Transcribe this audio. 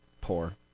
poor